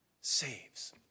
saves